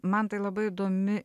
man tai labai įdomi